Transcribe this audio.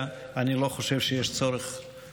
אני לא חושב שיש אפילו